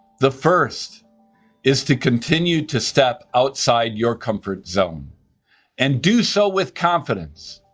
the first is to continue to step outside your comfort zone and do so with confidence.